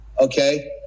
okay